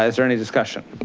um there any discussion,